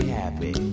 happy